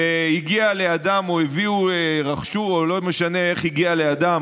והגיע לידם, רכשו, או לא משנה איך הגיע לידם